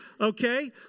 okay